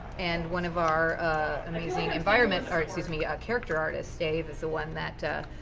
and one of our amazing environment or excuse me, character artists, dave, is the one that oh.